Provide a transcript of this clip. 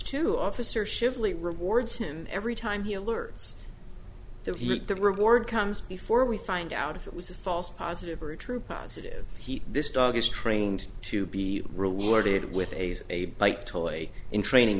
to officer shipley rewards him every time he alerts to the reward comes before we find out if it was a false positive or a true positive he this dog is trained to be rewarded with a bite toy in training